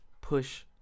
push